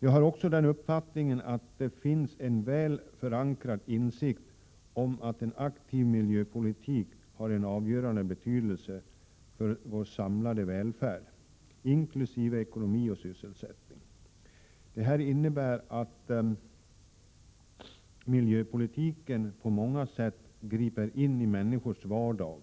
Jag har också den uppfattningen att det finns en väl förankrad insikt om att en aktiv miljöpolitik har en avgörande betydelse för vår samlade välfärd, inkl. ekonomi och sysselsättning. Detta innebär att miljöpolitiken på många sätt griper in i människors vardag.